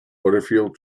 butterfield